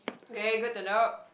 okay good to know